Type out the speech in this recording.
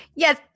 Yes